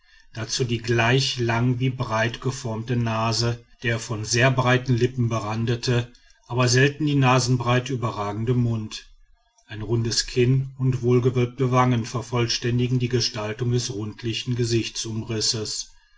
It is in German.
dazu die gleich lang wie breit geformte nase der von sehr breiten lippen berandete aber selten die nasenbreite überragende mund ein rundes kinn und wohlgewölbte wangen vervollständigen die gestaltung des rundlichen